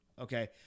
Okay